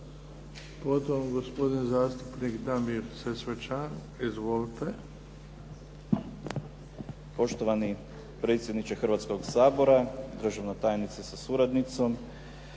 Potom gospodin zastupnik Damir Sesvečan. Izvolite. **Sesvečan, Damir (HDZ)** Poštovani predsjedniče Hrvatskoga sabora. Državna tajnice sa suradnicom.